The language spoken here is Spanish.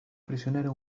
prisionero